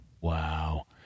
Wow